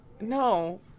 No